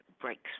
breaks